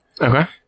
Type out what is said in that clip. Okay